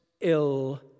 ill